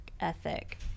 ethic